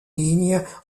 lignes